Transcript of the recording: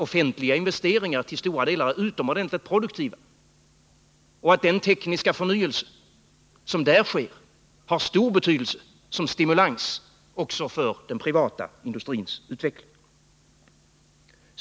Offentliga investeringar är nämligen till stora delar utomordenligt produktiva, och den tekniska förnyelse som där sker har stor betydelse som stimulans också för den privata industrins utveckling.